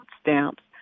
stamps